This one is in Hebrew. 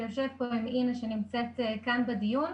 שיושבת פה אינה שנמצאת כאן בדיון,